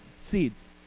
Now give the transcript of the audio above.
Seeds